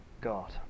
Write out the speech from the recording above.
god